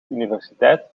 universiteit